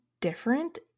different